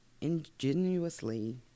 ingenuously